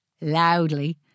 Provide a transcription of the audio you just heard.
Loudly